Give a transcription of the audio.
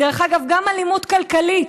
דרך אגב, גם אלימות כלכלית,